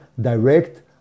direct